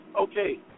Okay